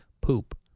poop